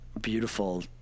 beautiful